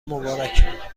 مبارک